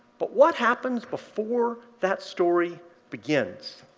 but what happens before that story begins?